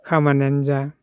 खामानियानो जा